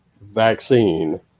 vaccine